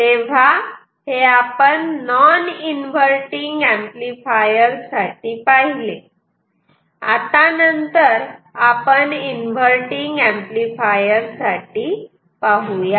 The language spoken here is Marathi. तेव्हा हे आपण नॉन इन्व्हर्टटिंग एंपलीफायर साठी पाहिले आता नंतर आपण इन्व्हर्टटिंग एंपलीफायर साठी पाहुयात